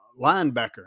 linebacker